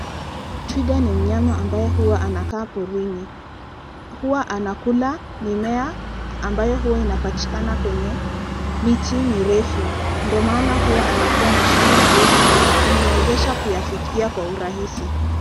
Twiga ni mnyama ambaye huwa anakaa porini. Huwa anakula mimea ambayo huwa inapatikana kwenye miti mirefu. Ndio maana huwa anakuwa na shingo mrefu kumwezesha kuyafikia kwa urahisi.